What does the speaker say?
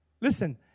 Listen